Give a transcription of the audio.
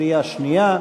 קריאה שנייה.